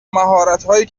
مهارتهایی